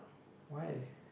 why